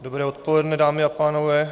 Dobré odpoledne, dámy a pánové.